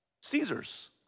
Caesar's